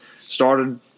started